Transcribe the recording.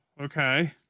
okay